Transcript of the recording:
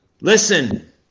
listen